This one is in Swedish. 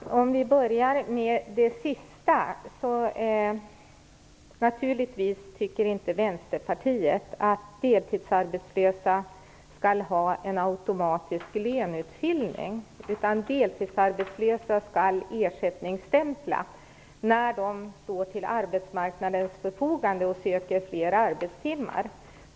Herr talman! Låt mig börja med det sista. Vänsterpartiet tycker naturligtvis inte att deltidsarbetslösa skall ha en automatisk löneutfyllnad. Deltidsarbetslösa skall ersättningsstämpla när de står till arbetsmarknadens förfogande och söker fler arbetstimmar.